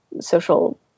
social